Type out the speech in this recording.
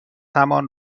همان